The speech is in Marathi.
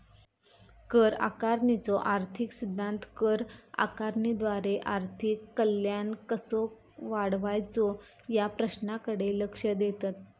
कर आकारणीचो आर्थिक सिद्धांत कर आकारणीद्वारा आर्थिक कल्याण कसो वाढवायचो या प्रश्नाकडे लक्ष देतत